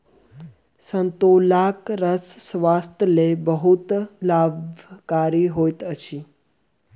संतोलाक रस स्वास्थ्यक लेल बहुत लाभकारी होइत अछि